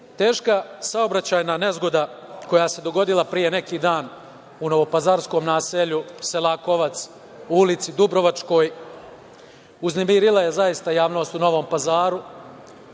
teška saobraćajna nezgoda koja se dogodila pre neki dan u novopazarskom naselju Selakovac, u Ulici Dubrovačkoj, uznemirila je zaista javnost u Novom Pazaru